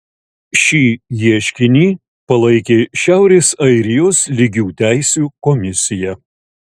šį ieškinį palaikė šiaurės airijos lygių teisių komisija